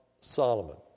Solomon